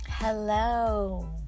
Hello